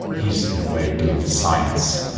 he's, in a way, doing science,